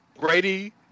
Brady